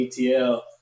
ETL